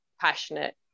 passionate